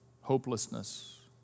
hopelessness